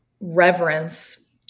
reverence